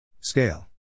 Scale